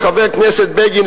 חבר הכנסת בגין,